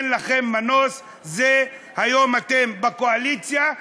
היום אתם בקואליציה,